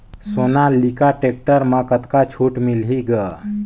Sonalika tractor म कतका छूट मिलही ग?